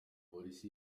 polisi